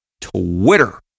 Twitter